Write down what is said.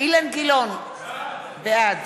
אילן גילאון, בעד